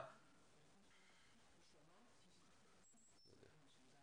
אחרי גיל 21 וכתוצאה מכך הם לא פטורים מתשלום ביטוח לאומי.